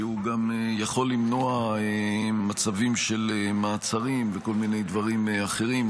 כי הוא גם יכול למנוע מצבים של מעצרים וכל מיני דברים אחרים.